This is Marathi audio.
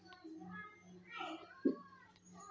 यू.पी.आय मधलो पैसो पाठवुक किती चार्ज लागात?